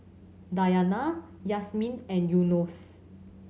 Dayana Yasmin and Yunos